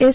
S